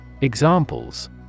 Examples